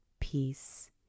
peace